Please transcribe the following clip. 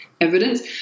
evidence